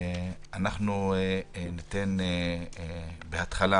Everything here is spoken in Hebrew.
אנחנו ניתן בהתחלה